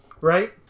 Right